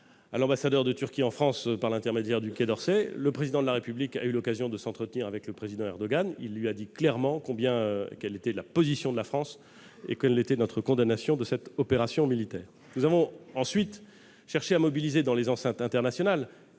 à l'ambassadeur de Turquie en France, par l'intermédiaire du Quai d'Orsay. Le Président de la République a eu l'occasion de s'entretenir avec le Président Erdogan : il lui a dit clairement quelle était la position de la France et lui a signifié notre condamnation de cette opération militaire. Nous avons ensuite cherché à mobiliser dans les enceintes internationales,